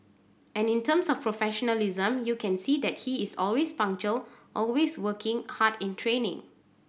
and in terms of professionalism you can see that he is always punctual always working hard in training